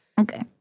Okay